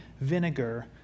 vinegar